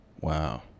Wow